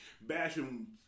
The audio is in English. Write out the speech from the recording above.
bashing